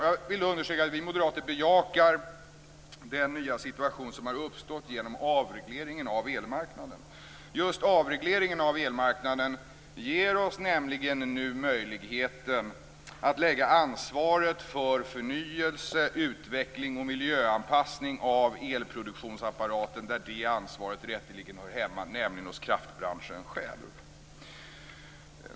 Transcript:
Jag vill understryka att vi moderater bejakar den nya situation som har uppstått genom avregleringen av elmarknaden. Just avregleringen av elmarknaden ger oss nämligen nu möjligheten att lägga ansvaret för förnyelse, utveckling och miljöanpassning av elproduktionsapparaten där det ansvaret rätteligen hör hemma, nämligen hos kraftbranschen själv.